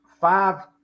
five